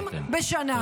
מילואים בשנה.